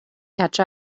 catch